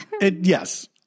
Yes